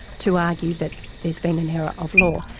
to argue that there's been an error of law,